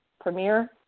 premier